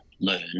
learn